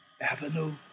Avenue